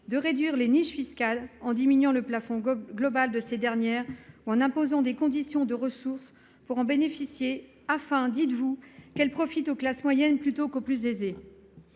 de réduire les niches fiscales en diminuant le plafond global de ces dernières ou en imposant des conditions de ressources pour en bénéficier, afin, dites-vous, monsieur le ministre, qu'elles profitent aux classes moyennes plutôt qu'aux classes